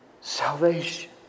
salvation